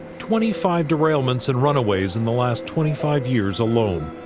twenty five derailments and runaways in the last twenty five years alone.